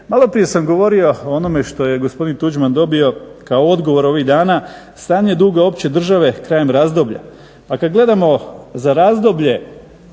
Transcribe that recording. Malo prije sam govorio o onome što je gospodin Tuđman dobio kao odgovor ovih dana, stanje duga opće države krajem razdoblja a kad gledamo za razdoblje